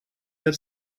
were